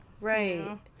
Right